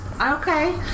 Okay